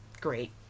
great